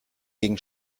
gegen